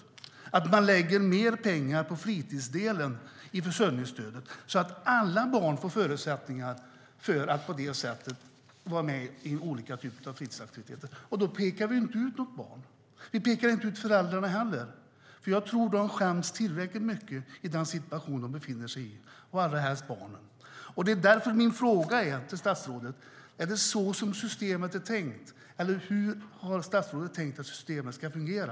Man ska lägga mer pengar på fritidsdelen i försörjningsstödet så att alla barn får förutsättningar att vara med i olika typer av fritidsaktiviteter. Då pekar vi inte ut något barn och inte heller föräldrarna. Jag tror att de skäms tillräckligt mycket i den situation de befinner sig i, och det gäller allra mest barnen. Min fråga till statsrådet är: Är det så som systemet är tänkt? Hur har statsrådet tänkt att systemet ska fungera?